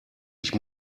ich